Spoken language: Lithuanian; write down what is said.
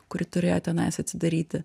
kuri turėjo tenais atsidaryti